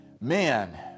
Man